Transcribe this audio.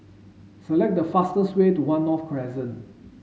select the fastest way to One North Crescent